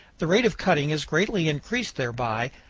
the rate of cutting is greatly increased thereby,